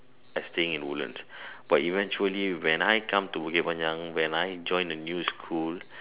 as staying at woodlands but eventually when I come to Bukit-Panjang when I join the new school